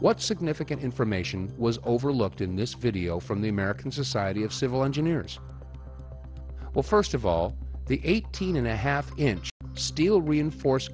what significant information was overlooked in this video from the american society of civil engineers well first of all the eighteen and a half inch steel reinforced